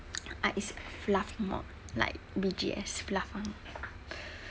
uh it's fluff mod like B_G_S fluff [one]